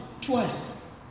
twice